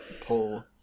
pull